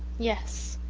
yes,